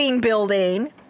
building